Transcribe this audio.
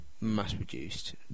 mass-produced